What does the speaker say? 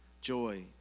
joy